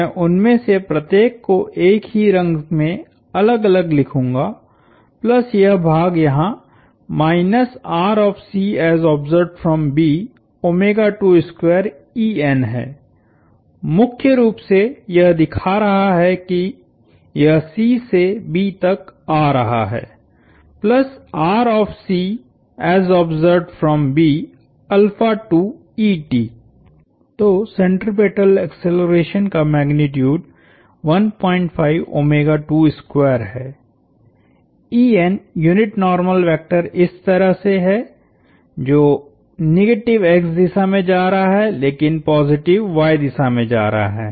मैं उनमें से प्रत्येक को एक ही रंग में अलग अलग लिखूंगा प्लस यह भाग यहांहै मुख्य रूप से यह दिखा रहा है कि यह C से B तक आ रहा है तो सेंट्रिपेटल एक्सेलरेशन का मैग्नीट्यूडहैयूनिट नार्मल वेक्टर इस तरह है जो निगेटिव x दिशा में जा रहा है लेकिन पॉजिटिव y दिशा में जा रहा है